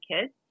kids